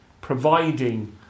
providing